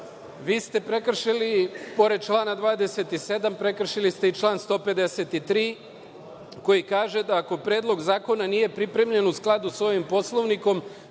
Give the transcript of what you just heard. ste prekršili, pored člana 27, prekršili ste i član 153, koji kaže da ako predlog zakona nije pripremljen u skladu sa ovim Poslovnikom,